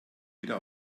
wieder